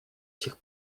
сих